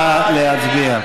איציק שמולי,